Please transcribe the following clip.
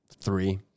three